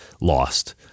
lost